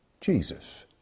Jesus